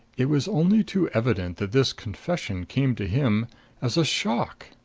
it was only too evident that this confession came to him as a shock.